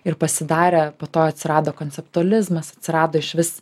ir pasidarė po to atsirado konceptualizmas atsirado išvis